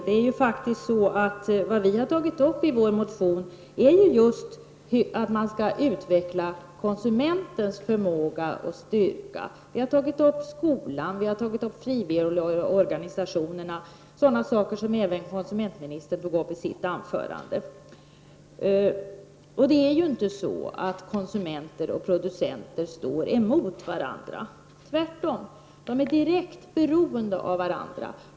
Herr talman! Elisabet Franzén, i vår motion har vi just tagit upp att man skall utveckla konsumentens förmåga och styrka. Vi har bl.a. tagit upp skolan och frivilligorganisationerna. Detta tog även konsumentministern upp i sitt anförande. Konsumenter och producenter står faktiskt inte emot varandra — tvärtom. De är direkt beroende av varandra.